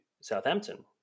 Southampton